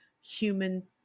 human